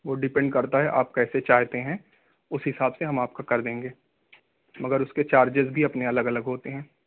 وہ ڈیپنڈ کرتا ہے آپ کیسے چاہتے ہیں اس حساب سے ہم آپ کا کر دیں گے مگر اس کے چارجز بھی اپنے الگ الگ ہوتے ہیں